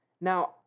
Now